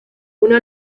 una